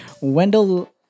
Wendell